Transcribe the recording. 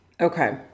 Okay